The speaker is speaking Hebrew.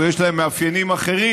או יש להן מאפיינים אחרים,